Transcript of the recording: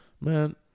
Man